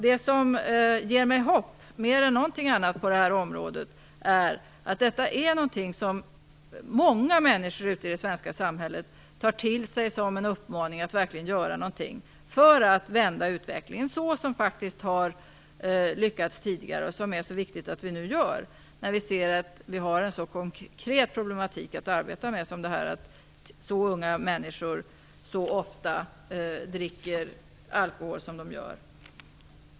Det som ger mig hopp mer än något annat är att detta är någonting som många människor ute i det svenska samhället tar till sig som en uppmaning att verkligen göra något för att vända utvecklingen, något som man faktiskt har lyckats med tidigare. Det är viktigt att det sker, eftersom det är en så konkret problematik att arbeta med som att så unga människor dricker alkohol så ofta som de gör.